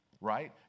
right